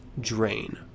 drain